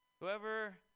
Whoever